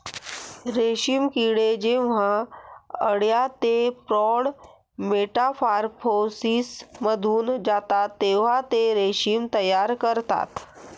रेशीम किडे जेव्हा अळ्या ते प्रौढ मेटामॉर्फोसिसमधून जातात तेव्हा ते रेशीम तयार करतात